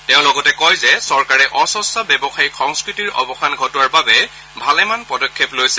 তেওঁ লগতে কয় যে চৰকাৰে অস্বঙ্ছ ব্যৱসায়িক সংস্থতিৰ অৱসান ঘটোৱাৰ বাবে ভালেমান পদক্ষেপ লৈছে